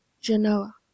Genoa